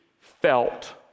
felt